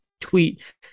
tweet